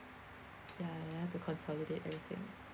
ya you have to consolidate everything